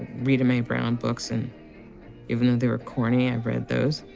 rita mae brown books, and even though they were corny, i read those.